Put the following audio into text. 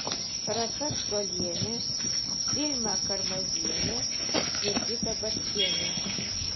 rasa strolienė vilma karmazienė jurgita barčienė